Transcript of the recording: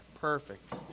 Perfect